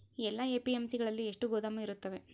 ಎಲ್ಲಾ ಎ.ಪಿ.ಎಮ್.ಸಿ ಗಳಲ್ಲಿ ಎಷ್ಟು ಗೋದಾಮು ಇರುತ್ತವೆ?